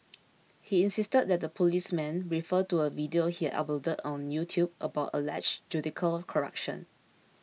he insisted that the policemen refer to a video he had uploaded on YouTube about alleged judicial corruption